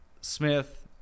Smith